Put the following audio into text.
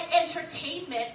entertainment